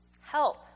Help